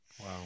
Wow